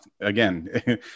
again